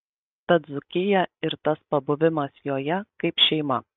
ta dzūkija ir tas pabuvimas joje kaip šeima